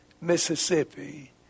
Mississippi